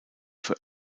für